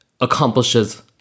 accomplishes